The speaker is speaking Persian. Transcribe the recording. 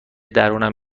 درونم